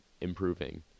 improving